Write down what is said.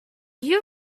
you